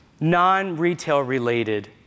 non-retail-related